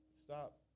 stop